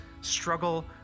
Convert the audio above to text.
struggle